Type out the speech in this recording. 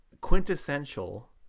quintessential